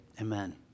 Amen